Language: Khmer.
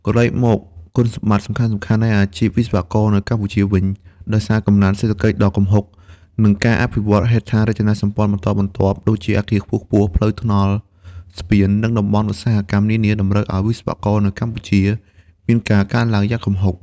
ក្រឡេកមកគុណសម្បត្តិសំខាន់ៗនៃអាជីពវិស្វករនៅកម្ពុជាវិញ ដោយសារកំណើនសេដ្ឋកិច្ចដ៏គំហុក និងការអភិវឌ្ឍន៍ហេដ្ឋារចនាសម្ព័ន្ធបន្តបន្ទាប់ដូចជាអគារខ្ពស់ៗផ្លូវថ្នល់ស្ពាន និងតំបន់ឧស្សាហកម្មនានាតម្រូវការវិស្វករនៅកម្ពុជាមានការកើនឡើងយ៉ាងគំហុក។